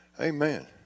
Amen